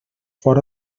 fora